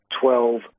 twelve